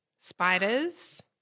spiders